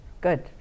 Good